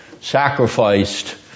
sacrificed